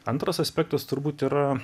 antras aspektas turbūt yra